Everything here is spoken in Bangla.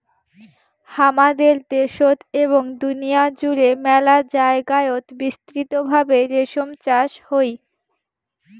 হামাদের দ্যাশোত এবং দুনিয়া জুড়ে মেলা জায়গায়ত বিস্তৃত ভাবে রেশম চাষ হই